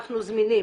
אנחנו זמינים